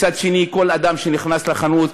מצד שני, כל אדם שנכנס לחנות,